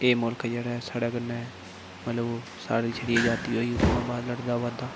एह् मुल्ख जेह्ड़ा ऐ साढ़े कन्नै मतलब साढ़ी जेह्ड़ी अजादी होई ही उत्थुआं बाद लड़दा आवै दा